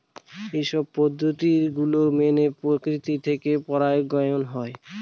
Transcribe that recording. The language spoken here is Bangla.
এইসব পদ্ধতি গুলো মেনে প্রকৃতি থেকে পরাগায়ন হয়